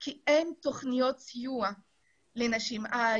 כי אין תוכניות סיוע לנשים אלה.